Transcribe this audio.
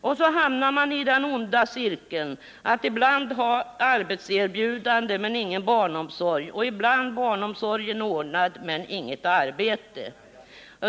Och så hamnar man i den onda cirkeln att ibland ha arbetserbjudande, men ingen barnomsorg, och ibland barnomsorgen ordnad, men inget arbete.